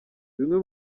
bimwe